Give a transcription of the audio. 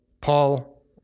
Paul